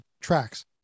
tracks